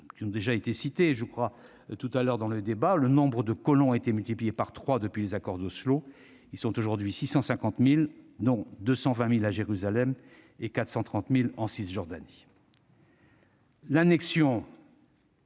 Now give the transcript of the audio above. s'ils ont déjà été cités dans le débat : le nombre de colons a été multiplié par trois depuis les accords d'Oslo. Ils sont aujourd'hui 650 000, dont 220 000 à Jérusalem et 430 000 en Cisjordanie. L'annexion,